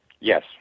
Yes